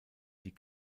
die